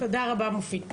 תודה רבה, מופיד.